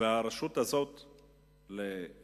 והרשות הזאת לניהול,